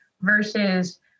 versus